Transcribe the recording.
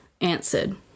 answered